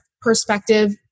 perspective